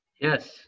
Yes